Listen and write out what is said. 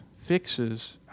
fixes